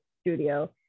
studio